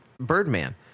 Birdman